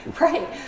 right